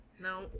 No